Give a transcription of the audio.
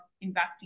investing